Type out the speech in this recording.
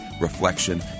reflection